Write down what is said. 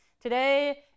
Today